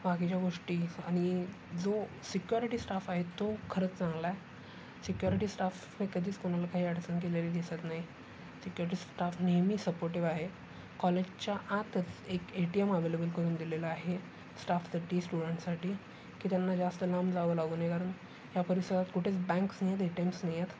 बाकीच्या गोष्टीज आणि जो सिक्योरिटी स्टाफ आहे तो खरंच चांगला आहे सिक्योरिटी स्टाफ हे कधीच कोणाला काही अडचण केलेली दिसत नाही सिक्युरिटी स्टाफ नेहमी सपोर्टिव आहे कॉलेजच्या आतच एक ए टी एम अवेलेबल करून दिलेलं आहे स्टाफसाठी स्टुडंटसाठी की त्यांना जास्त लांब जावं लागू नये कारण ह्या परिसरात कुठेच बँक्स नाही आहेत ए टी एम्स नाही आहेत